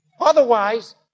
Otherwise